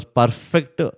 perfect